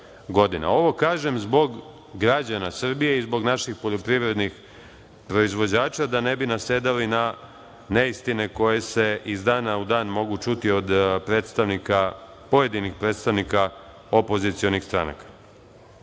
Ovo kažem zbog građana Srbije i zbog naših poljoprivrednih proizvođača da ne bi nasedali na neistine koje se iz dana u dan mogu čuti od pojedinih predstavnika opozicionih stranaka. Tačka